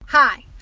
hi,